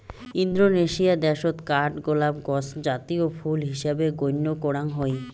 Indonesia দ্যাশত কাঠগোলাপ গছ জাতীয় ফুল হিসাবে গইণ্য করাং হই